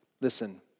Listen